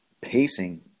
pacing